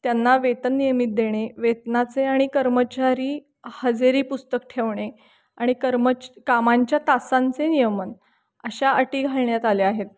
त्यांना वेतन नियमित देणे वेतनाचे आणि कर्मचारी हजेरी पुस्तक ठेवणे आणि कर्मच कामांच्या तासांचे नियमन अशा अटी घालण्यात आल्या आहेत